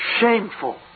shameful